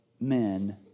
men